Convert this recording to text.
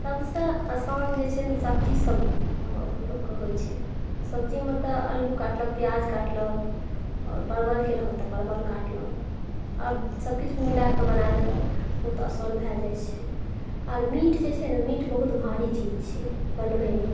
सबसँ आसान जे छै ने सब्जी सब लोकके होइ छै सब्जीमे तऽ अल्लू काटलक पियाज काटलक आओर परबलके रहल तऽ परबल काटलक आ सबकिछु मिलाए कऽ बनाए देलक बहुत आसान भए जाइ छै आर मीट जे छै ने मीट बहुत भारी चीज छै बनबैमे